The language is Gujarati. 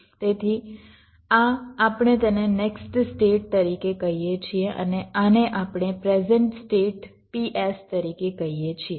તેથી આ આપણે તેને નેક્સ્ટ સ્ટેટ તરીકે કહીએ છીએ અને આને આપણે પ્રેઝન્ટ સ્ટેટ PS તરીકે કહીએ છીએ